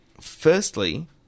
Firstly